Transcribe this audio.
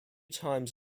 times